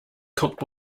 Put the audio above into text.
cooked